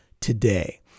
today